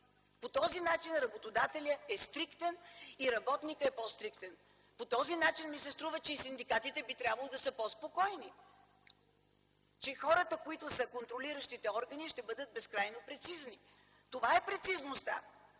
По този начин работодателят е стриктен и работникът е по-стриктен. По този начин ми се струва, че и синдикатите би трябвало да са по-спокойни – че хората, които са контролиращите органи, ще бъдат безкрайно прецизни. Това е прецизността,